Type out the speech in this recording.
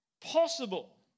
possible